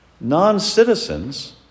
Non-citizens